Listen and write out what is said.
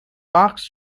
box